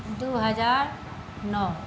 दू हजार नओ